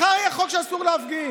מחר יהיה חוק שאסור להפגין,